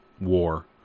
war